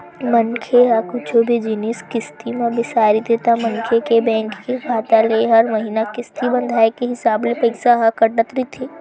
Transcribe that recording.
मनखे ह कुछु भी जिनिस किस्ती म बिसाय रहिथे ता मनखे के बेंक के खाता ले हर महिना किस्ती बंधाय के हिसाब ले पइसा ह कटत रहिथे